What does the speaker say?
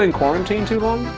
and quarantine too long?